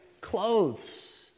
clothes